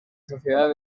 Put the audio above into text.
sociedad